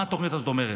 מה התוכנית הזאת אומרת?